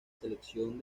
selección